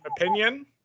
opinion